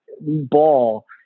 ball